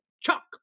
Chuck